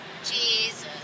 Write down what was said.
Jesus